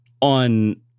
On